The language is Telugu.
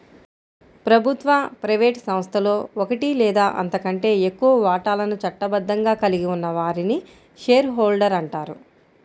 ప్రభుత్వ, ప్రైవేట్ సంస్థలో ఒకటి లేదా అంతకంటే ఎక్కువ వాటాలను చట్టబద్ధంగా కలిగి ఉన్న వారిని షేర్ హోల్డర్ అంటారు